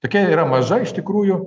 tokia yra maža iš tikrųjų